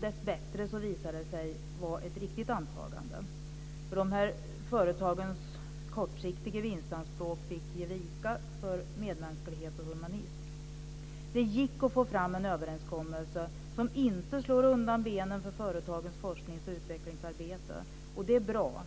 Dessbättre visade det sig vara ett riktigt antagande, för de här företagens kortsiktiga vinstanspråk fick ge vika för medmänsklighet och humanism. Det gick att få fram en överenskommelse som inte slår undan benen för företagens forsknings och utvecklingsarbete, och det är bra.